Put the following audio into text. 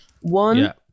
One